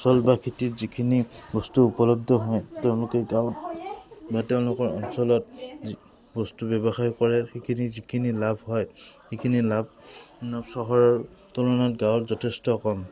ফচল বা খেতিত যিখিনি বস্তু উপলব্ধ হয় তেওঁলোকে গাঁৱত বা তেওঁলোকৰ অঞ্চলত বস্তু ব্যৱসায় কৰে সেইখিনি যিখিনি লাভ হয় সেইখিনি লাভ চহৰৰ তুলনাত গাঁৱত যথেষ্ট কম